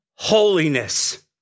Holiness